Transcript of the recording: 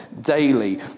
daily